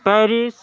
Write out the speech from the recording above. Paris